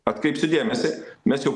atkreipsiu dėmesį mes jau